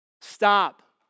stop